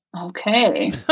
Okay